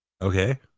okay